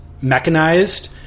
mechanized